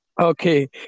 Okay